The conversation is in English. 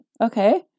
okay